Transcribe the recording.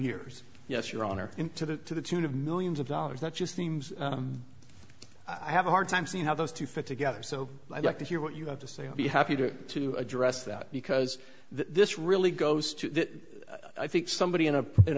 years yes your honor into the to the tune of millions of dollars not just seems i have a hard time see how those two fit together so i'd like to hear what you have to say i'd be happy to to address that because this really goes to that i think somebody in a in